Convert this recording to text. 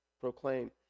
proclaim